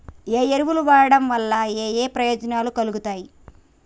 ఏ ఎరువులు వాడటం వల్ల ఏయే ప్రయోజనాలు కలుగుతయి?